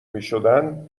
میشدند